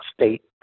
state